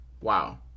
Wow